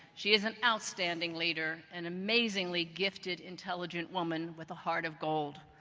she is an outstanding leader an amazing like gifted, intelligent woman with a heart of gold.